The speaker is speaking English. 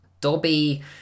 Dobby